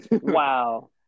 Wow